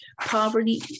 Poverty